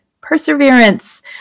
perseverance